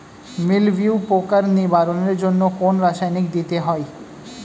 মিলভিউ পোকার নিবারণের জন্য কোন রাসায়নিক দিতে হয়?